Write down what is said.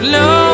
no